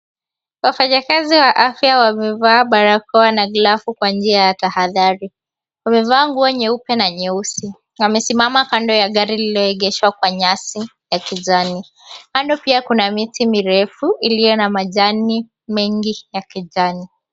Wafanyakazi wa afya wamevaa barakoa na glavu kwa njia ya tahadhari. Wamevaa nguo nyeupe na nyeusi. Wamesimama kando ya gari lililoegeshwa kwa nyasi ya kijani, kando kuna miti mirefu iliyo na majani mengi ya kijani.